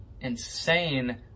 insane